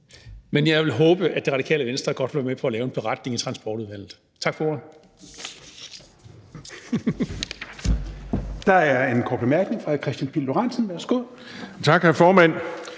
men jeg vil håbe, at Det Radikale Venstre godt vil være med til at lave en beretning i Transportudvalget. Tak for ordet.